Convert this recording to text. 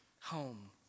home